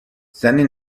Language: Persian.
زنی